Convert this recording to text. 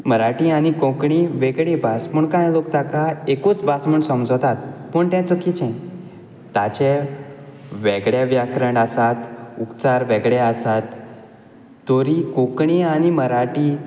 मराठी आनी कोंकणी वेगळी भास पूण कांय लोक ताका एकूच भास म्हूण समजतात पूण तें चुकिचें ताचें वेगळें व्याकरण आसात उच्चार वेगळे आसात तोरीय कोंकणी आनी मराठी